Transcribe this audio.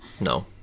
No